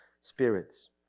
spirits